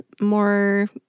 more